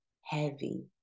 heavy